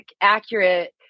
accurate